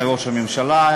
ראש הממשלה,